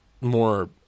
more